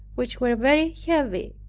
which were very heavy.